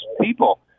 people